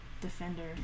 defender